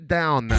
down